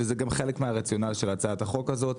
וזה גם חלק מהרציונל של הצעת החוק הזאת,